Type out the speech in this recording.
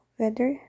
weather